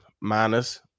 minus